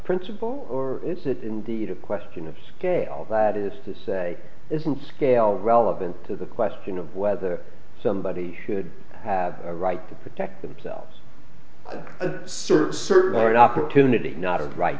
principle or is it indeed a question of scale that is to say isn't scale relevant to the question of whether somebody should have a right to protect themselves to a certain service opportunity not a right